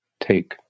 take